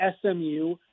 smu